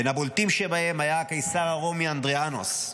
בין הבולטים שבהם היה הקיסר הרומי אדריאנוס.